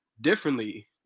differently